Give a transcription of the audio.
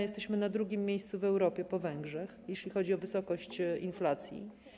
Jesteśmy na drugim miejscu w Europie po Węgrzech, jeśli chodzi o wysokość inflacji.